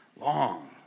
long